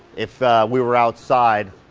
if we were outside,